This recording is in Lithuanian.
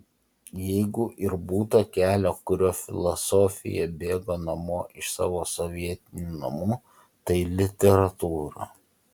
jeigu ir būta kelio kuriuo filosofija bėgo namo iš savo sovietinių namų tai literatūra